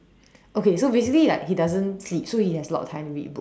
okay so basically like he doesn't sleep so he has a lot of time to read books